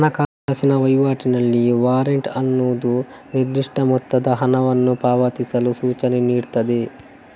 ಹಣಕಾಸಿನ ವೈವಾಟಿನಲ್ಲಿ ವಾರೆಂಟ್ ಅನ್ನುದು ನಿರ್ದಿಷ್ಟ ಮೊತ್ತದ ಹಣವನ್ನ ಪಾವತಿಸಲು ಸೂಚನೆ ನೀಡ್ತದೆ